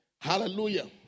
Hallelujah